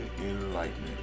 enlightenment